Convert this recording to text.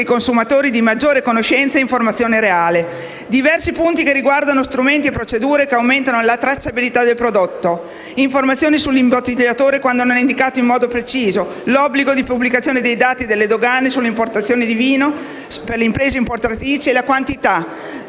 i consumatori di maggiore conoscenza e informazione reale. Diversi i punti che riguardano strumenti e procedure che aumentano la tracciabilità del prodotto, informazioni sull'imbottigliatore quando non è indicato in modo preciso, l'obbligo di pubblicazione dei dati delle dogane sulle importazioni di vino, sulle imprese importatrici e le quantità,